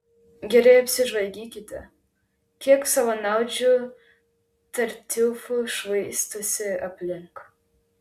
gerai apsižvalgykite kiek savanaudžių tartiufų šlaistosi aplink